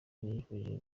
yifuje